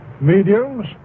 mediums